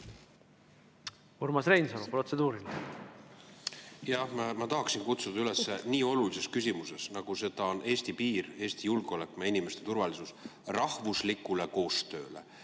Urmas Reinsalu, protseduuriline! Ma tahaksin kutsuda üles nii olulises küsimuses, nagu seda on Eesti piir, Eesti julgeolek ja inimeste turvalisus, rahvuslikule koostööle.